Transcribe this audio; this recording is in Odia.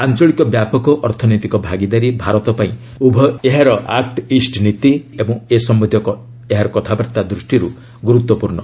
ଆଞ୍ଚଳିକ ବ୍ୟାପକ ଅର୍ଥନୈତିକ ଭାଗିଦାରୀ ଭାରତ ପାଇଁ ଉଭୟ ଏହାର ଆକୁ ଇଷ୍ଟ ନୀତି ଏବଂ ଏ ସମ୍ପନ୍ଧୀୟ ଏହାର କଥାବାର୍ତ୍ତା ଦୃଷ୍ଟିରୁ ଗୁରୁତ୍ୱପୂର୍ଣ୍ଣ